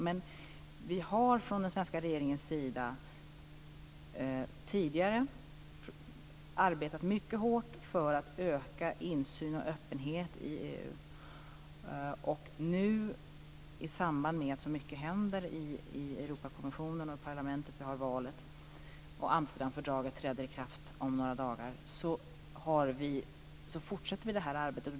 Men vi har från den svenska regeringens sida tidigare arbetat mycket hårt för att öka insyn och öppenhet i EU. Nu i samband med att så mycket händer i Europakommissionen och parlamentet - vi har valet och Amsterdamfördraget träder i kraft om några dagar - fortsätter vi det här arbetet.